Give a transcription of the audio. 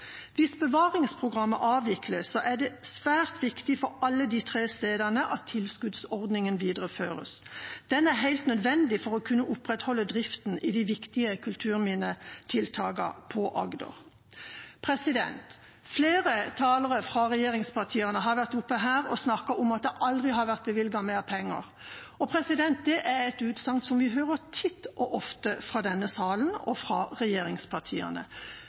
Hvis bevaringsprogrammet avvikles, er det svært viktig for alle de tre stedene at tilskuddsordningen videreføres. Den er helt nødvendig for å kunne opprettholde driften i de viktige kulturminnetiltakene på Agder. Flere talere fra regjeringspartiene har vært oppe og snakket om at det aldri har vært bevilget mer penger. Det er et utsagn som vi hører titt og ofte i denne salen og fra regjeringspartiene.